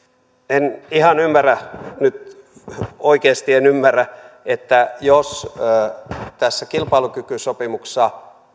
en ihan ymmärrä nyt oikeasti en ymmärrä että jos tässä kilpailukykysopimuksessa